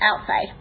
outside